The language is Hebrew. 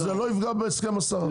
זה לא יפגע בהסכם הסחר.